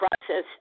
process